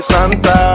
Santa